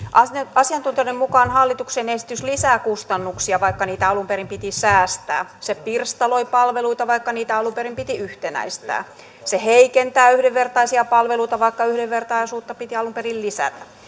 asiantuntijoiden mukaan hallituksen esitys lisää kustannuksia vaikka niitä alun perin piti säästää se pirstaloi palveluita vaikka niitä alun perin piti yhtenäistää se heikentää yhdenvertaisia palveluita vaikka yhdenvertaisuutta piti alun perin lisätä